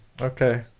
Okay